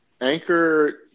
Anchor